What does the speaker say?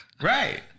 Right